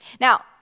Now